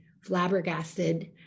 flabbergasted